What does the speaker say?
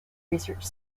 research